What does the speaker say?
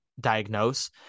diagnose